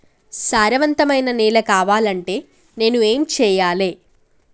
సారవంతమైన నేల కావాలంటే నేను ఏం చెయ్యాలే?